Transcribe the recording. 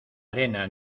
arena